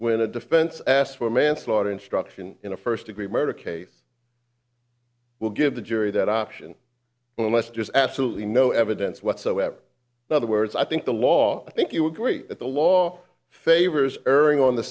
when the defense asked for manslaughter instruction in a first degree murder case will give the jury that option unless just absolutely no evidence whatsoever but the words i think the law i think you agree that the law favors erring on the